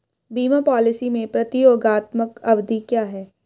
बीमा पॉलिसी में प्रतियोगात्मक अवधि क्या है?